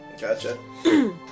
Gotcha